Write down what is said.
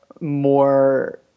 more